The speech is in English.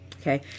Okay